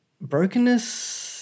brokenness